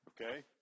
okay